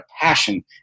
passion